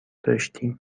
داشتیم